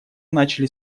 начали